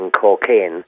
cocaine